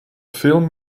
film